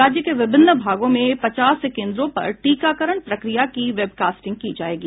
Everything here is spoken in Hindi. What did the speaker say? राज्य के विभिन्न भागों में पचास केंद्रों पर टीकाकरण प्रक्रिया की वेबकास्टिंग की जाएगी